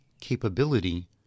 capability